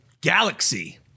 galaxy